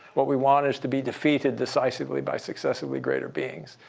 what we want is to be defeated decisively by successively greater beings.